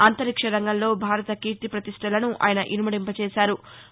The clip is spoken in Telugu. అంతరిక్ష రంగంలో భారత కీర్తి పతిష్టలను ఆయన ఇనుమడింపచేశారు